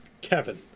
Kevin